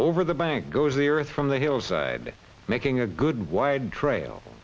over the bank goes the earth from the hillside making a good wide trail